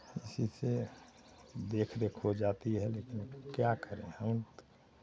इसी से देखरेख हो जाती है लेकिन क्या करें हम